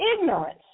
Ignorance